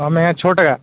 ᱚᱻ ᱢᱟᱱᱮ ᱪᱷᱚ ᱴᱟᱠᱟ